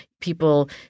people